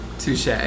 Touche